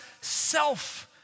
self